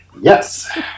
Yes